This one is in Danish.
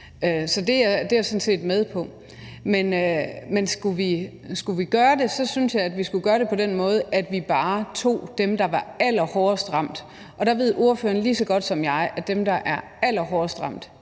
så det er jeg sådan set med på. Men skulle vi gøre det, synes jeg, at vi skulle gøre det på den måde, at vi bare tog dem, der var allerhårdest ramt, og der ved ordføreren lige så godt som jeg, at dem, der er allerhårdest ramt,